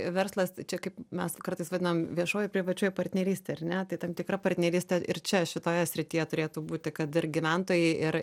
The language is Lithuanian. verslas čia kaip mes kartais vadinam viešoji privačioji partnerystė ar ne tai tam tikra partnerystė ir čia šitoje srityje turėtų būti kad ir gyventojai ir